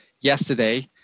yesterday